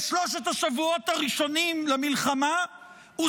בשלושת השבועות הראשונים למלחמה הוא